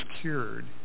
cured